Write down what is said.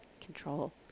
control